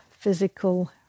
physical